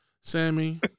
Sammy